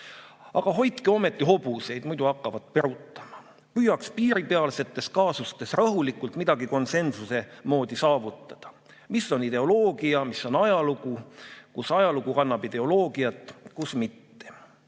Aga hoidke ometi hobuseid, muidu hakkavad perutama. Püüaks piiripealsetes kaasustes rahulikult midagi konsensuse moodi saavutada, et mis on ideoloogia, mis on ajalugu, kus ajalugu kannab ideoloogiat, kus mitte."